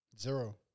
Zero